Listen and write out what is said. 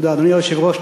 אדוני היושב ראש,